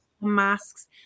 masks